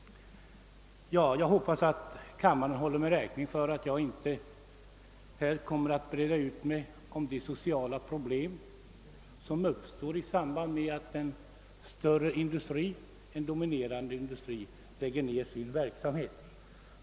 Jag hoppas att kammaren håller mig räkning för att jag nu inte breder ut mig över de sociala problem som uppstår när en stor, dominerande industri lägger ned verksamheten.